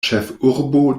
ĉefurbo